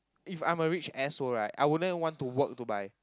if I'm a rich asshole right I wouldn't want to work to buy